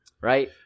right